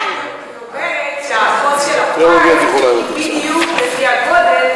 אני אומרת שהכוס של הפיינט היא בדיוק לפי הגודל,